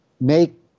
make